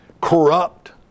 corrupt